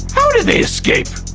how did they escape?